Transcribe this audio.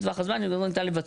כן.